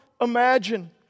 imagine